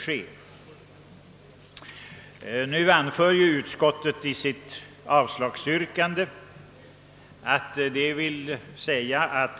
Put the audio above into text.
Utskottet anför som skäl för sitt avslagsyrkande, att